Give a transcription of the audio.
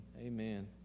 Amen